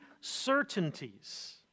certainties